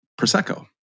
Prosecco